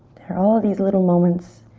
there all these little moments